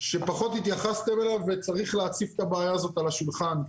שפחות התייחסתם אליו וצריך להציף את הבעיה הזאת על השולחן.